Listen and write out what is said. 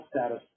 status